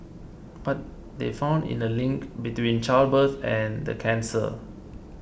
but they found in a link between childbirth and the cancer